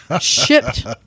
shipped